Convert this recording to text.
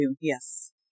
yes